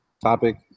topic